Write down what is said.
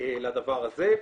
בדבר הזה.